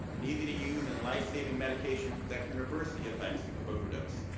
an easy to use and life saving medication that can reverse the effects of overdose.